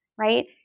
right